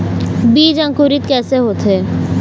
बीज अंकुरित कैसे होथे?